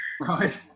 Right